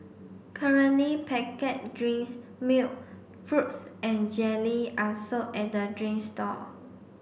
currently packet drinks milk fruits and jelly are sold at the drinks stall